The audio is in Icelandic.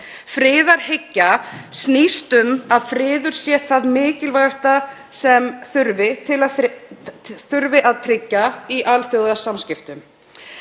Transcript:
Friðarhyggja snýst um að friður sé það mikilvægasta sem þurfi að tryggja í alþjóðasamskiptum.